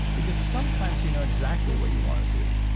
because sometimes you know exactly what you want to do,